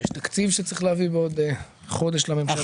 יש תקציב שצריך להביא בעוד חודש לממשלה.